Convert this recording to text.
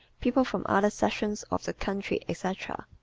people from other sections of the country, etc.